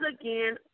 again